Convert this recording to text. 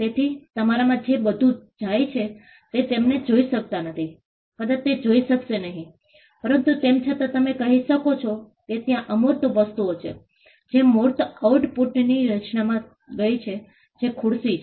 તેથી તમારામાં જે બધું જાય છે તે તેને તમે જોઈ શકતા નથી કદાચ તે જોઈ શકશે નહીં પરંતુ તેમ છતાં તમે કહી શકો છો કે ત્યાં અમૂર્ત વસ્તુઓ છે જે મૂર્ત આઉટપુટની રચનામાં ગઈ છે જે ખુરશી છે